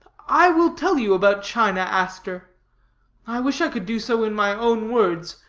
i will tell you about china aster i wish i could do so in my own words,